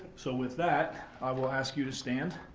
so, with that, i will ask you to stand,